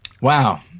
Wow